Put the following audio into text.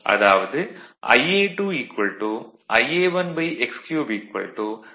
அதாவது Ia2 Ia1x3 301